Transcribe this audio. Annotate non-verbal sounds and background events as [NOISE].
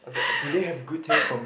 [LAUGHS]